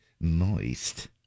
moist